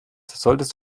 solltest